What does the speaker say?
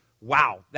wow